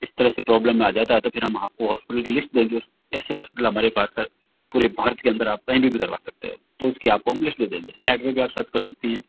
इस तरह से प्रोब्लम में आ जाता है तो हम आप को हॉस्पिटल की लिस्ट देंगे ऐसे हॉस्पिटल हमारे पास है पूरे भारत के अंदर आप कहीं पे भी करवा सकते हो तो उस की आप को हम लिस्ट दे देंगे नेट पे भी आप सर्च कर सकती हैं